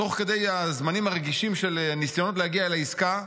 תוך כדי הזמנים הרגישים של הניסיונות להגיע לעסקה,